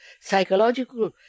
psychological